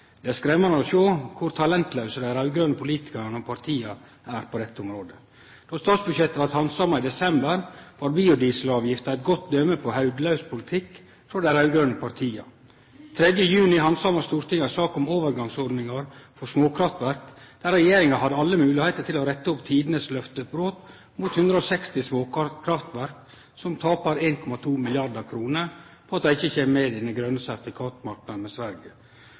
Det er skremmande å sjå kor talentlause dei raud-grøne politikarane og partia er på dette området. Då statsbudsjettet blei handsama i desember, var biodieselavgifta eit godt døme på hovudlaus politikk frå dei raud-grøne partia. 3. juni handsama Stortinget ei sak om overgangsordningar for småkraftverk, der regjeringa hadde alle moglegheiter til å rette opp tidenes løftebrot mot 160 småkraftverk som tapar 1,2 mrd. kr på at dei ikkje kjem med i den grøne sertifikatmarknaden med Sverige.